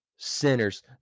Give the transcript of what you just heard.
sinners